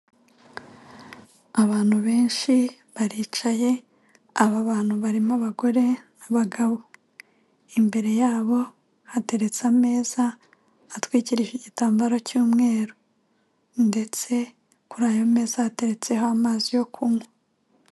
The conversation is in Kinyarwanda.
Abantu benshi baricaye, aba bantu barimo abagore n'abagabo. Imbere yabo hateretse ameza, hatwikirije igitambaro cy'umweru. Ndetse kuri ayo meza hatetseho amazi yo kunywa.